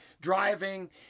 driving